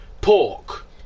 Pork